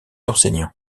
enseignant